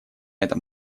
этом